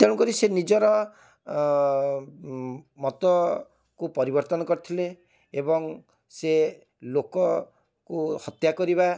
ତେଣୁ କରି ସେ ନିଜର ଅ ଉଁ ମତକୁ ପରିବର୍ତ୍ତନ କରିଥିଲେ ଏବଂ ସିଏ ଲୋକକୁ ହତ୍ୟା କରିବା